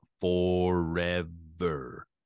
Forever